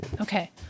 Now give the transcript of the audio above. Okay